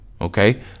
okay